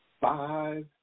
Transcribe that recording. five